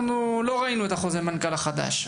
אנחנו לא ראינו את חוזר המנכ"ל החדש,